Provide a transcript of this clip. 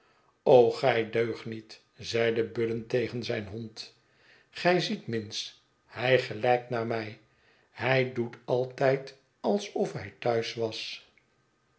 gij deugniet zeide budden tegen zijn hond gij ziet minns hij gelijkt naar mij hij doet altijd alsof hij thuis was